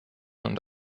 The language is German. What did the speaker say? und